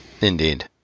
Indeed